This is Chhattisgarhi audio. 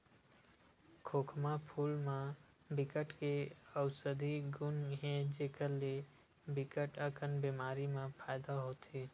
खोखमा फूल म बिकट के अउसधी गुन हे जेखर ले बिकट अकन बेमारी म फायदा होथे